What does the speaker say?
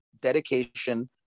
dedication